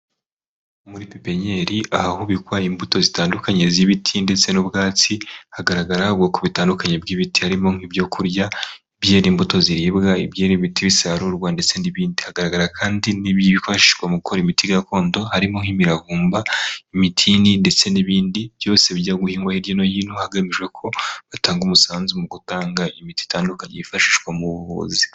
Muri pipinyeri ahabikwa imbuto zitandukanye z'ibiti ndetse n'ubwatsi hagaragara ubwoko butandukanye bw'ibiti harimo nk'ibyo kurya, ibyera imbuto ziribwa, ibyera ibiti bisarurwa ndetse n'ibindi hagaragara kandi n'ibyifashishwa mu gukora imiti gakondo harimo nk'imiravumba, imitini ndetse n'ibindi byose bijya guhingwa hirya no hino hagamijwe ko hatangwa umusanzu mu gutanga imiti itandukanye yifashishwa mu buvuzi.